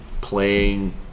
playing